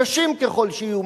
קשים ככל שיהיו,